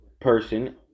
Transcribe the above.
person